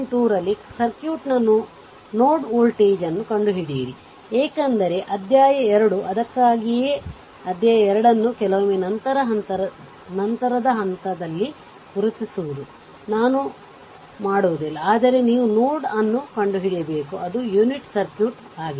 2 ರಲ್ಲಿ ಸರ್ಕ್ಯೂಟ್ ನ node voltage ಅನ್ನು ಕಂಡು ಹಿಡಿಯಿರಿ ಏಕೆಂದರೆ ಅಧ್ಯಾಯ 2 ಅದಕ್ಕಾಗಿಯೇ ಅಧ್ಯಾಯ 2 ಅನ್ನು ಕೆಲವೊಮ್ಮೆ ನಂತರದ ಹಂತದಲ್ಲಿ ಗುರುತಿಸುವುದು ನಾನು ಮಾಡುವುದಿಲ್ಲ ಆದರೆ ನೀವು ನೋಡ್ ಅನ್ನು ಕಂಡುಹಿಡಿಯಬೇಕು ಅದು ಯುನಿಟ್ ಸರ್ಕ್ಯೂಟ್ ಆಗಿದೆ